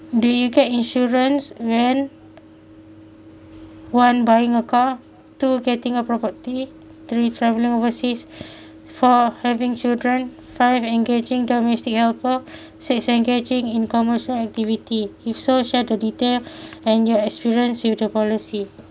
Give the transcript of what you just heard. do you get insurance when one buying a car two getting a property three travelling overseas four having children five engaging domestic helper six engaging in commercial activity if so share the detail and your experience with the policy